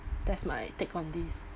that's my take on this